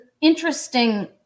interesting